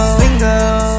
single